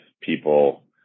people